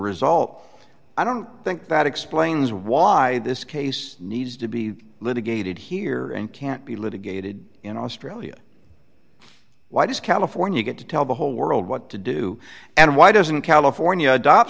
result i don't think that explains why this case needs to be litigated here and can't be litigated in australia why does california get to tell the whole world what to do and why doesn't california adopt